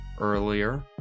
earlier